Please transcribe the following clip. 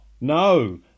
no